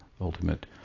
ultimate